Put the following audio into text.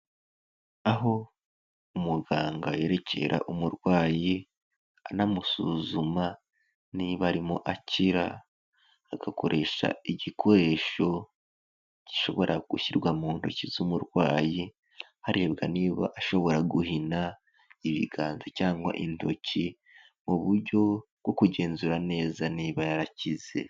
Aho umuganga yerekera umurwayi, anamusuzuma, niba arimo akira, agakoresha igikoresho gishobora gushyirwa mu ntoki z'umurwayi, harebwa niba ashobora guhina ibiganza cyangwa intoki mu buryo bwo kugenzura neza niba yarakize.